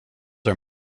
are